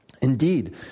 Indeed